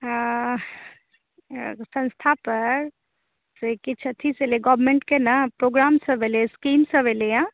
संस्था पर से किछु अथी छलऐ गवर्न्मनेटके ने प्रोग्रामसभ एलए हँ स्कीम सभ एलए हँ